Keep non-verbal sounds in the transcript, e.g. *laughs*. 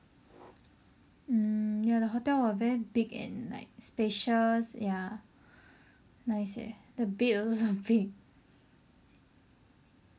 mm ya the hotel !wah! very big and like spacious ya nice leh the bed also *laughs* so big